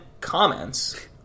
comments